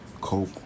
cope